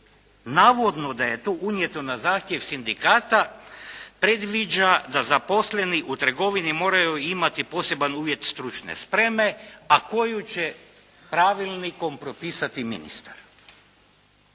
navodno da je to unijeto na zahtjev sindikata predviđa da zaposleni u trgovini moraju imati poseban uvjet stručne spreme, a koju će pravilnikom propisati ministar.